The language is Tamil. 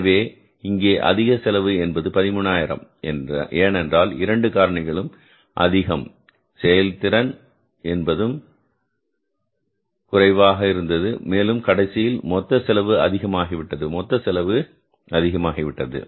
எனவே இங்கே அதிக செலவு என்பது 13000 ஏனென்றால் இரண்டு காரணிகளும் அதிகம் தொழிலாளர் திறன் என்பதும் குறைவாக இருந்தது மேலும் கடைசியில் மொத்த செலவு அதிகமாகிவிட்டது மொத்த செலவு அதிகமாகிவிட்டது